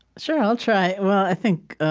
sure, i'll try. well, i think,